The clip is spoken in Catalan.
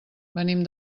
venim